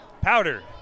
Powder